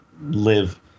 live